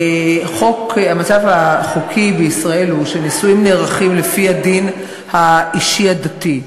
המצב בחוק בישראל הוא שנישואים נערכים לפי הדין האישי הדתי,